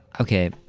okay